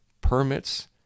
permits